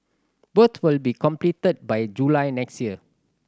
both will be completed by July next year